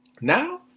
now